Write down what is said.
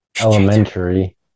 elementary